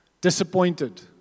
Disappointed